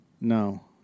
No